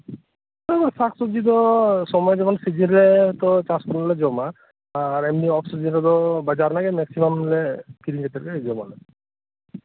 ᱵᱟᱝ ᱵᱟᱝ ᱥᱟᱠᱥᱚᱵᱡᱤ ᱫᱚ ᱥᱚᱢᱚᱭ ᱡᱚᱠᱷᱚᱱ ᱥᱤᱡᱮᱱ ᱨᱮ ᱛᱚ ᱪᱟᱥ ᱥᱩᱢᱟᱹᱭᱞᱮ ᱡᱚᱢᱟ ᱟᱨ ᱮᱢᱱᱤ ᱚᱯᱥᱤᱡᱚᱱ ᱨᱮᱫᱚ ᱵᱟᱡᱟᱨ ᱨᱮᱱᱟᱜᱽᱜᱤ ᱢᱮᱠᱥᱤᱢᱟᱢ ᱞᱮ ᱠᱤᱨᱤᱧ ᱠᱟᱛᱮᱜᱽᱞᱮ ᱡᱚᱢᱟ